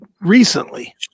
recently